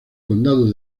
condado